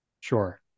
sure